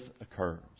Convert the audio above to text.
occurs